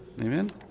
amen